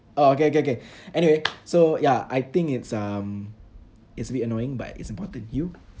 orh okay okay okay anyway so ya I think it's um it's a bit annoying but it's important you